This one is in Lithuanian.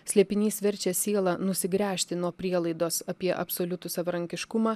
slėpinys verčia sielą nusigręžti nuo prielaidos apie absoliutų savarankiškumą